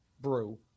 Brew